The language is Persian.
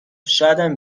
شایدم